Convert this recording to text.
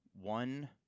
One